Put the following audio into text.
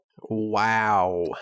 Wow